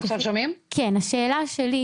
השאלה שלי